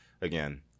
again